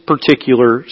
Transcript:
particular